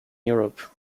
europe